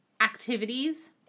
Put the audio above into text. activities